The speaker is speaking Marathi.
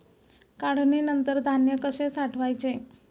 काढणीनंतर धान्य कसे साठवायचे?